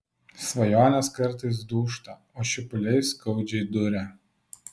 svajonės kartais dūžta o šipuliai skaudžiai duria